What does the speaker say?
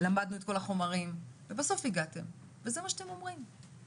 למדנו את כל החומרים ובסוף הגעתם וזה מה שאתם אומרים.